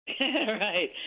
Right